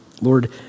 Lord